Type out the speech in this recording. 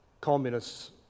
communists